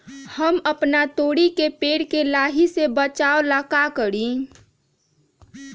हम अपना तोरी के पेड़ के लाही से बचाव ला का करी?